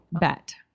Bet